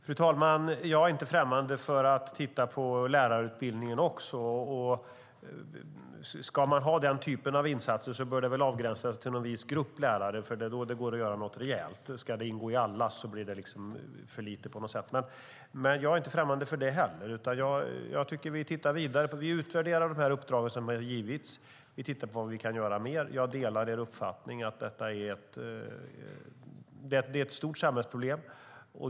Fru talman! Jag är inte främmande för att också titta på lärarutbildningen. Ska man ha den typen av insatser bör det avgränsas till en viss grupp lärare. Det är då det går att göra något rejält. Ska det ingå i allas utbildning blir det för litet på något sätt. Men jag är inte främmande för det heller. Vi utvärderar de uppdrag som har givits. Vi tittar på vad vi kan göra mer. Jag delar er uppfattning att det är ett stort samhällsproblem.